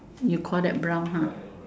you call that brown